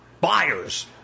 Buyers